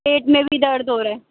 پیٹ میں بھی درد ہو رہا ہے